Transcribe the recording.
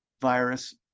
virus